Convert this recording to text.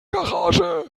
garage